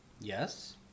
Yes